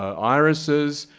ah irises,